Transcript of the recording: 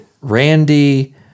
Randy